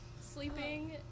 Sleeping